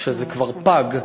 שזה כבר פג,